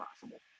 possible